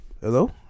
Hello